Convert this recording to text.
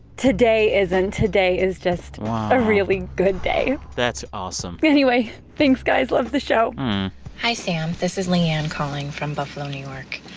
today isn't. today is just a really good day that's awesome anyway, thanks guys. love the show hi, sam. this is leanne calling from buffalo, n